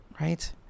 right